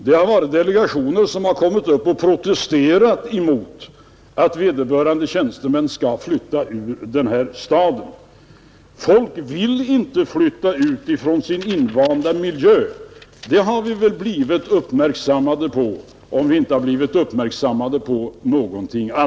Det har varit delegationer som protesterat mot att vederbörande tjänstemän skall flytta ut ur den här staden. Folk vill inte flytta ut från sin invanda miljö. Det har vi väl om något blivit uppmärksammade på.